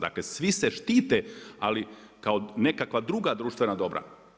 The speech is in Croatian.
Dakle svi se štite ali kao nekakva druga društvena dobra.